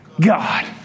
God